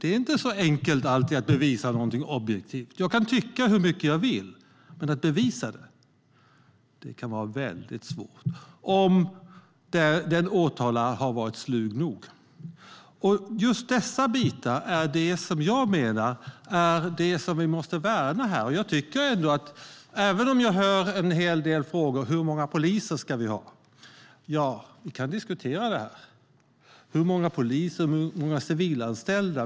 Det är inte alltid enkelt att bevisa något objektivt. Jag kan tycka hur mycket jag vill, men att bevisa det kan vara väldigt svårt om den åtalade har varit slug nog. Just dessa bitar är det vi måste värna. Vi kan diskutera hur många poliser och hur många civilanställda vi ska ha och vem som ska göra vad.